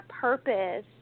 purpose